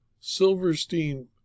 Silverstein